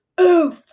oof